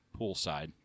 poolside